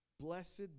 Blessed